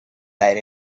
had